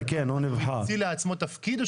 הוא המציא לעצמו תפקיד?